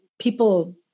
people